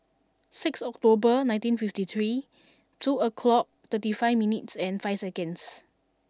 six October nineteen fifty three two o'clock thirty five minutes and five seconds